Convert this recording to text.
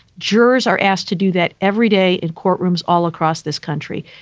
jurors are asked to do that every day in courtrooms all across this country.